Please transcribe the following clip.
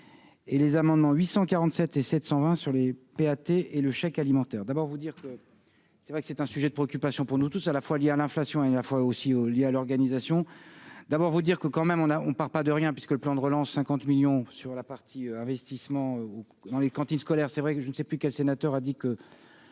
et les amendements 847 et 720 sur les AT et le chèque alimentaire d'abord vous dire que c'est vrai que c'est un sujet de préoccupation pour nous tous, à la fois liée à l'inflation et la fois aussi ou lié à l'organisation d'abord vous dire que quand même on a, on ne part pas de rien, puisque le plan de relance 50 millions sur la partie investissement ou dans les cantines scolaires, c'est vrai que je ne sais plus quel sénateur a dit que